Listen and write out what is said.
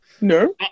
no